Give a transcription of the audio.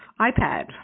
iPad